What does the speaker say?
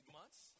months